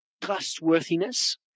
trustworthiness